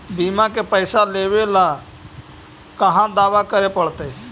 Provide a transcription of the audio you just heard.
बिमा के पैसा लेबे ल कहा दावा करे पड़तै?